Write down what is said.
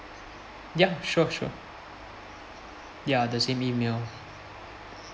ya sure sure ya the same email